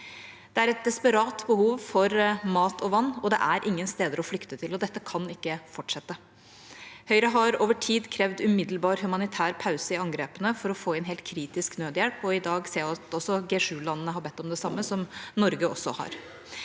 Det er et desperat behov for mat og vann, og det er ingen steder å flykte til. Dette kan ikke fortsette. Høyre har over tid krevd umiddelbar humanitær pause i angrepene for å få inn helt kritisk nødhjelp, og i dag ser vi at G7-landene har bedt om det samme – som Norge også har.